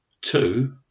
two